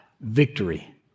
victory